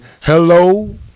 hello